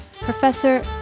Professor